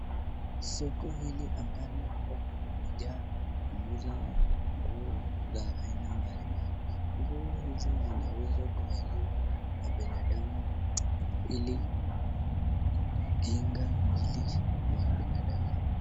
Soko hili ambalo watu wamejaa wanauza nguo za aina mbali mbali. Nguo hizi zinauzwa kuvaliwa na binadamu ili kukinga mwili wa binadamu.